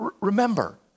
Remember